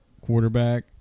quarterback